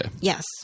Yes